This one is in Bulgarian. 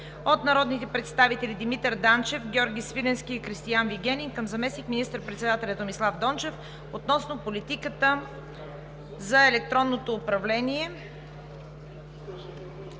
от народните представители Димитър Данчев, Георги Свиленски и Кристиан Вигенин към заместник министър-председателя Томислав Дончев относно политиката за електронното управление.